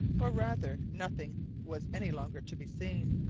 or rather, nothing was any longer to be seen.